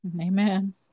Amen